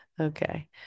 okay